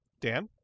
Dan